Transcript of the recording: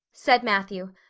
said matthew,